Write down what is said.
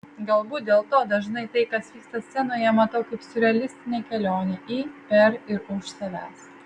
galbūt dėl to dažnai tai kas vyksta scenoje matau kaip siurrealistinę kelionę į per ir už savęs